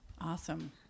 Awesome